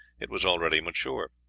it was already mature.